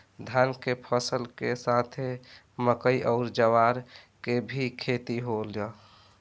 धान के फसल के साथे मकई अउर ज्वार के भी खेती होला